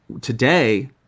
today